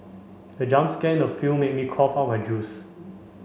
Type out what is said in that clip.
the jump scare in the film made me cough out my juice